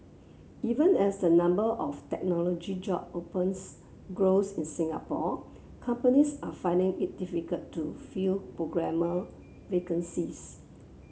even as the number of technology job opens grows in Singapore companies are finding it difficult to fill programmer vacancies